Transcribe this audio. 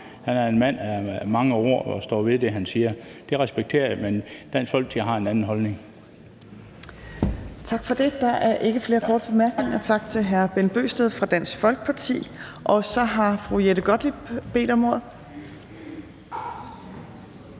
Han er en mand af mange ord og står ved det, han siger. Det respekterer jeg. Men Dansk Folkeparti har en anden holdning.